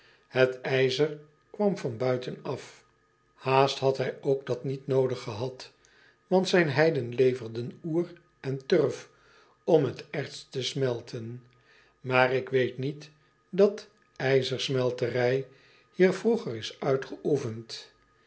et ijzer kwam van buiten af aast had hij ook dat niet noodig gehad want zijn heiden leveren oer en turf om het erts te smelten maar ik weet niet dat ijzersmelterij hier vroeger is uitgeoefend